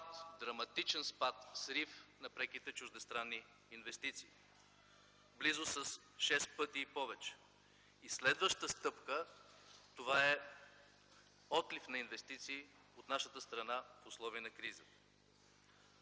драматичен спад, срив на преките чуждестранни инвестиции, близо с шест пъти и повече. И следваща стъпка това е отлив на инвестиции от нашата страна в условия на криза.